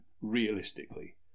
realistically